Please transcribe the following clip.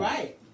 Right